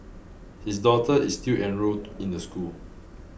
his daughter is still enrolled in the school